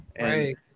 Right